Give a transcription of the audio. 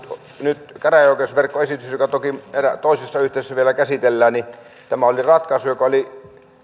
nyt tämä käräjäoikeusverkkoesitys joka toki toisessa yhteydessä vielä käsitellään oli ratkaisu joka oli